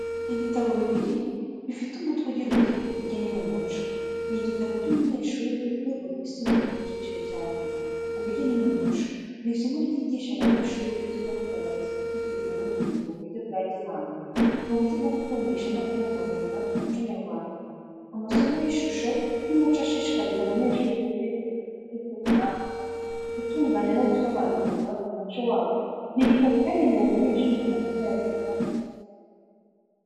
Ibitabo bibiri bifite umutwe ugira uti:"Ubugeni n'Umuco", ni igitabo cy'umunyeshuri urwego rwisumbuye, icyiciro cya mbere. Ubugeni n'Umuco ni isomo ryigisha abanyeshuri uburyo bwo kugaragaza ibitekerezo n'ubumenyi mu buryo bwa gihanga n’uburyo bwo gukundisha no kubungabunga umuco nyarwanda. Amasomo y’Ishusho n’Umuco ashishikariza abanyeshuri gutekereza mu buryo buhanga, gutunganya no gusobanukirwa n’umuco wabo. Ni igitabo cyagenewe umunyeshuri mu masomo ya buri munsi.